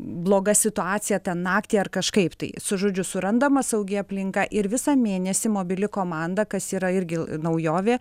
bloga situacija tą naktį ar kažkaip tai su žodžiu surandama saugi aplinka ir visą mėnesį mobili komanda kas yra irgi naujovė